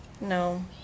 No